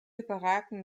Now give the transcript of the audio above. überragen